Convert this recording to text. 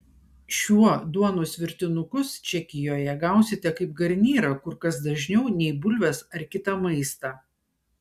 šiuo duonos virtinukus čekijoje gausite kaip garnyrą kur kas dažniau nei bulves ar kitą maistą